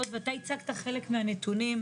לסנף אותו לרמב"ם,